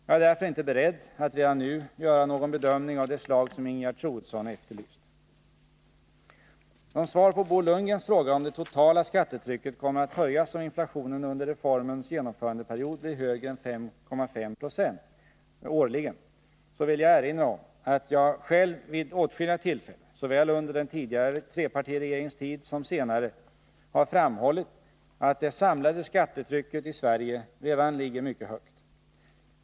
Jag är därför inte beredd att redan nu göra någon bedömning av det slag som Ingegerd Troedsson har efterlyst. Som svar på Bo Lundgrens fråga, om det totala skattetrycket kommer att höjas om inflationen under reformens genomförandeperiod blir högre än 5,5 20 årligen, vill jag erinra om att jag själv vid åtskilliga tillfällen — såväl under den tidigare trepartiregeringens tid som senare — har framhållit att det samlade skattetrycket i Sverige redan ligger mycket högt.